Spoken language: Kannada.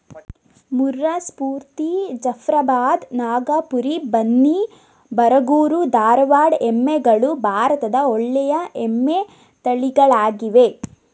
ಮುರ್ರಾ, ಸ್ಪೂರ್ತಿ, ಜಫ್ರಾಬಾದ್, ನಾಗಪುರಿ, ಬನ್ನಿ, ಬರಗೂರು, ಧಾರವಾಡ ಎಮ್ಮೆಗಳು ಭಾರತದ ಒಳ್ಳೆಯ ಎಮ್ಮೆ ತಳಿಗಳಾಗಿವೆ